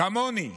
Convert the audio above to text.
כמוני,